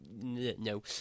no